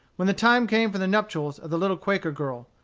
when the time came for the nuptials of the little quaker girl,